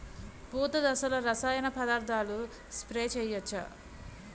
పూత దశలో రసాయన పదార్థాలు స్ప్రే చేయచ్చ?